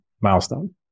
milestone